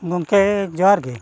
ᱜᱚᱢᱠᱮ ᱡᱚᱦᱟᱨ ᱜᱮ